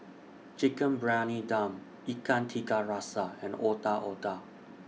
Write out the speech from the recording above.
Chicken Briyani Dum Ikan Tiga Rasa and Otak Otak